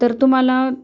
तर तुम्हाला